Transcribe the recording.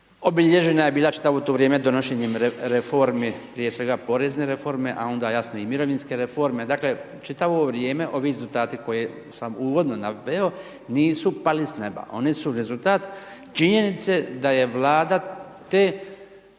obilježena je bila čitavo to vrijeme donošenjem reformi, prije svega porezne reforme, a onda jasno i mirovinske reforme, dakle čitavo ovo vrijeme ovi rezultati koje sam uvodno naveo nisu pali s neba. Oni su rezultat činjenice da je Vlada te